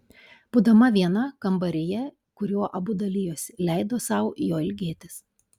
būdama viena kambaryje kuriuo abu dalijosi leido sau jo ilgėtis